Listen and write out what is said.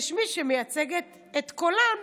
יש מי שמייצגת את קולן